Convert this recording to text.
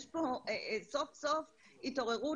יש פה סוף סוף התעוררות.